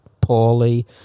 poorly